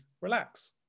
relax